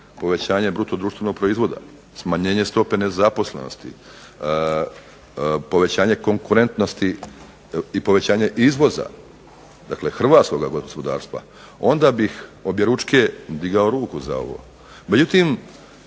povećanje bruto društvenog proizvoda, smanjenje stope nezaposlenosti, povećanje konkurentnosti i povećanje izvoza dakle hrvatskoga gospodarstva, onda bih objeručke digao ruku za ovo. Međutim,